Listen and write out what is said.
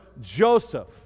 Joseph